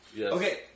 Okay